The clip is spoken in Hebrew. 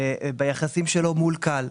ביחסים שלו מול כאל.